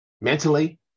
mentally